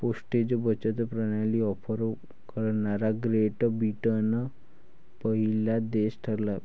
postage बचत प्रणाली offer करणारा ग्रेट ब्रिटन पहिला देश ठरला